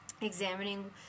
examining